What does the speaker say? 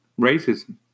racism